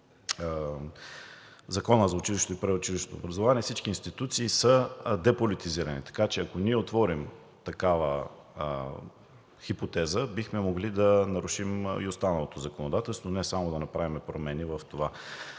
Закона за училищното и предучилищното образование всички институции са деполитизирани, така че, ако ние отворим такава хипотеза, бихме могли да нарушим и останалото законодателство, не само да направим промени в това.